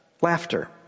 laughter